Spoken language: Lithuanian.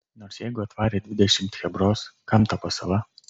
nors jeigu atvarė dvidešimt chebros kam ta pasala